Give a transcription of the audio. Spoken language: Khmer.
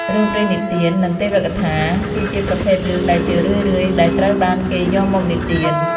រឿងព្រេងនិទាន និងទេវកថា គឺជាប្រភេទរឿងដែលជារឿយៗដែលត្រូវបានគេយកមកនិទាន។